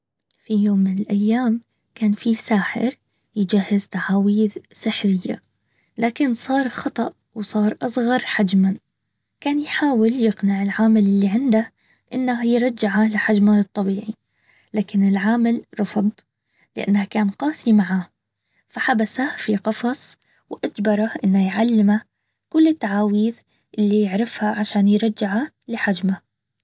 في يوم من الايام كان في ساحر يجهز تعاويذ سحرية لكن صار خطأ وصار اصغر حجما كان يحاول يقنع العامل اللي عنده انه يرجعه لحجمها الطبيعي لكن العامل رفض لانها كان قاسي معاه فحبسه قفص واجبرة انه يعلمه كل التعاويذ اللي يعرفها عشان يرجعه لحجمه